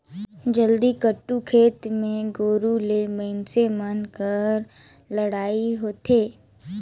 जल्लीकट्टू खेल मे गोरू ले मइनसे मन कर लड़ई होथे